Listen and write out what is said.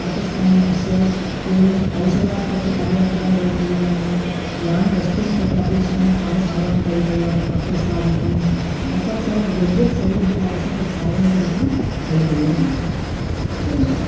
प्रतिस्पन्दनं स्यात् एवं औषधानि तत्र पर्याप्तानि भवितव्यानि यानि वस्तूनि तत्र अपेक्षितानि तानि सर्वाणि भवितव्यानि प्रकोष्ठादिकं तत्सर्वं यत् यत् सौविध्यम् आवश्यकं तत्सर्वमपि तत्र भवितव्यम् धन्यवादाः